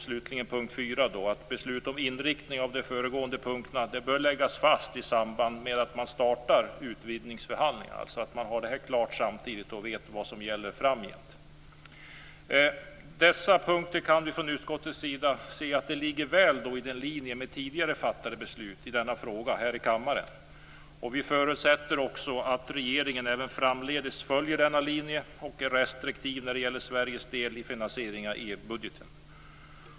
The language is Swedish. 4. Beslut om inriktningen av de föregående punkterna bör läggas fast i samband med att man startar utvidgningsförhandlingarna, så att man har det klart samtidigt och vet vad som gäller framgent. Utskottet anser att dessa punkter ligger väl i linje med tidigare fattade beslut i denna fråga här i kammaren. Vi förutsätter också att regeringen även framdeles följer denna linje och är restriktiv när det gäller Sveriges del i finansieringen av EU-budgeten.